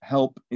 help